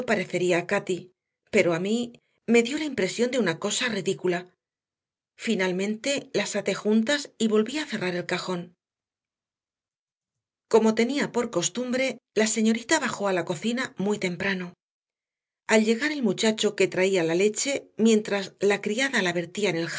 parecería a cati pero a mí me dio la impresión de una cosa ridícula finalmente las até juntas y volví a cerrar el cajón como tenía por costumbre la señorita bajó a la cocina muy temprano al llegar el muchacho que traía la leche mientras la criada la vertía en el